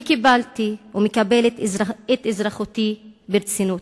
אני קיבלתי ומקבלת את אזרחותי ברצינות.